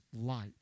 light